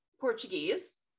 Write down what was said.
Portuguese